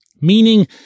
Meaning